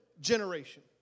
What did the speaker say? generation